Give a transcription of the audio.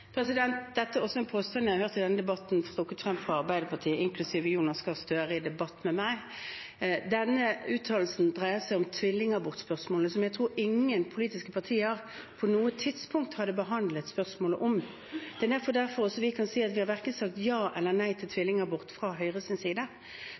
Dette er også en påstand jeg har hørt i denne debatten, trukket frem av Arbeiderpartiet, inklusiv Jonas Gahr Støre, i debatt med meg. Denne uttalelsen dreier seg om spørsmålet om tvillingabort, og det spørsmålet tror jeg ingen politiske partier på noe tidspunkt hadde behandlet. Det er nettopp derfor vi også kan si at vi verken har sagt ja eller nei til